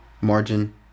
margin